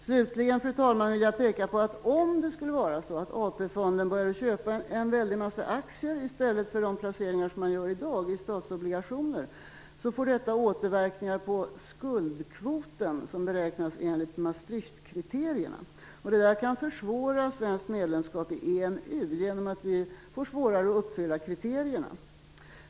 Slutligen, fru talman: Om det skulle vara så att AP-fonden började köpa en väldig massa aktier i stället för de placeringar som man gör i dag i statsobligationer, får detta återverkningar på skuldkvoten, som beräknas enligt Maastrichtkriterierna. Det kan försvåra ett svenskt medlemskap i EMU genom att vi får svårare att uppfylla kriterierna.